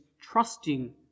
trusting